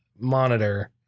monitor